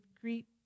greet